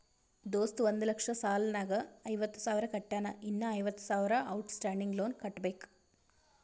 ದೋಸ್ತ ಒಂದ್ ಲಕ್ಷ ಸಾಲ ನಾಗ್ ಐವತ್ತ ಸಾವಿರ ಕಟ್ಯಾನ್ ಇನ್ನಾ ಐವತ್ತ ಸಾವಿರ ಔಟ್ ಸ್ಟ್ಯಾಂಡಿಂಗ್ ಲೋನ್ ಕಟ್ಟಬೇಕ್